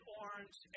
orange